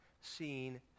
seen